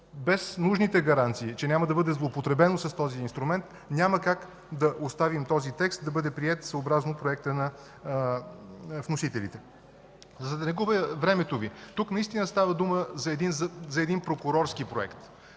Без нужните гаранции, че няма да бъде злоупотребено с този инструмент, няма как да оставим този текст да бъде приет, съобразно проекта на вносителите. За да не губя времето Ви, тук наистина става дума за един прокурорски проект.